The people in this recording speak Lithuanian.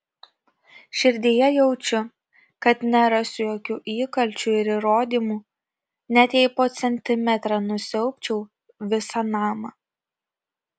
širdyje jaučiu kad nerasiu jokių įkalčių ir įrodymų net jei po centimetrą nusiaubčiau visą namą